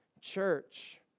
church